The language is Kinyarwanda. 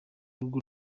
rugo